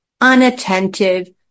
unattentive